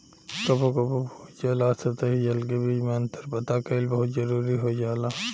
कबो कबो भू जल आ सतही जल के बीच में अंतर पता कईल बहुत जरूरी हो जाला